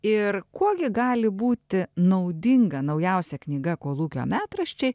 ir kuo gi gali būti naudinga naujausia knyga kolūkio metraščiai